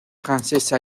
princesse